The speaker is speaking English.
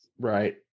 Right